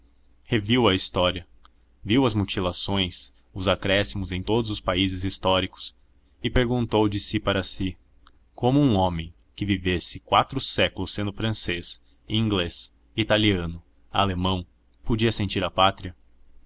reviu a história viu as mutilações os acréscimos em todos os países históricos e perguntou de si para si como um homem que vivesse quatro séculos sendo francês inglês italiano alemão podia sentir a pátria